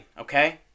okay